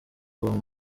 uwo